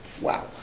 Wow